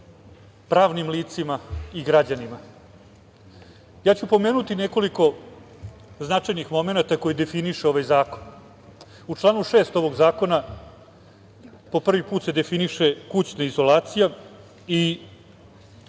pravnim licima i građanima. Ja ću pomenuti nekoliko značajnih momenata koji definiše ovaj zakon.U članu 6. ovog zakona, po prvi put se definiše kućna izolacija i